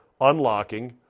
unlocking